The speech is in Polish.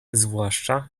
zwłaszcza